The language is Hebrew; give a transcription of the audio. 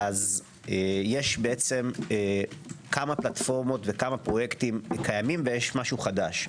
יש כמה פלטפורמות וכמה פרויקטים קיימים ויש משהו חדש.